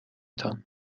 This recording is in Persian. تان